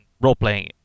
role-playing